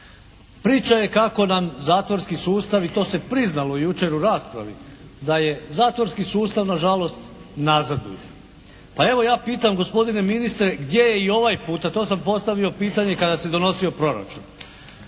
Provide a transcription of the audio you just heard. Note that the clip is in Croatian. Priča je kako nam zatvorski sustav i to se priznalo jučer u raspravi da je zatvorski sustav nažalost nazaduje. Pa evo ja pitam gospodine ministre gdje je i ovaj puta. To sam postavio pitanje kada se donosio proračun.